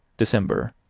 december,